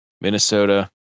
Minnesota